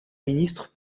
ministre